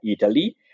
Italy